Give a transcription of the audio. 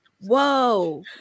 whoa